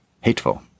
hateful